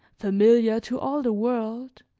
familiar to all the world,